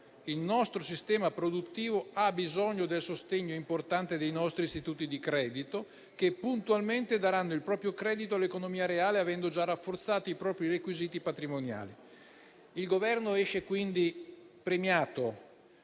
Il nostro sistema produttivo ha bisogno del sostegno importante dei nostri istituti di credito che puntualmente daranno il proprio credito all'economia reale, avendo già rafforzato i propri requisiti patrimoniali. Il Governo esce quindi premiato